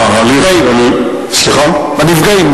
בהליך, בנפגעים.